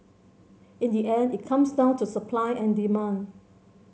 in the end it comes down to supply and demand